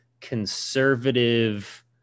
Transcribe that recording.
conservative